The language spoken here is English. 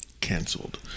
canceled